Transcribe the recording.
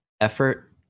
effort